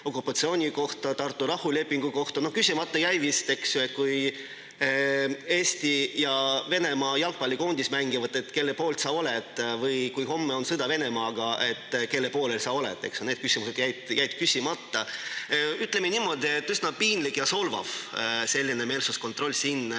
Tartu rahulepingu kohta. Küsimata jäi vist, eks ju, et kui Eesti ja Venemaa jalgpallikoondis mängivad, siis kelle poolt sa oled, või et kui homme on sõda Venemaaga, siis kelle poolel sa oled. Need küsimused jäid küsimata. Ütleme niimoodi, et üsna piinlik ja solvav on selline meelsuskontroll siin